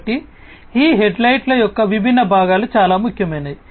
కాబట్టి ఈ హెడ్సెట్ల యొక్క విభిన్న భాగాలు చాలా ముఖ్యమైనవి